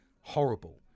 horrible